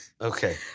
Okay